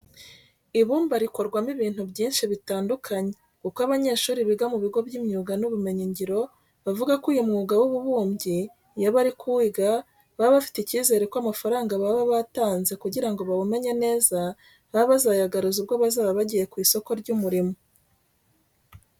Ibumba rikorwamo ibintu byinshi bitandukanye kuko abanyeshuri biga mu bigo by'imyuga n'ubumenyingiro bavuga ko uyu mwuga w'ububumbyi iyo bari kuwiga baba bafite icyizere ko amafaranga baba batanze kugira ngo bawumenye neza, baba bazayagaruza ubwo bazaba bagiye ku isoko ry'umurimo.